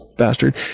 bastard